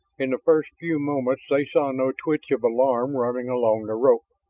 in the first few moments they saw no twitch of alarm running along the rope.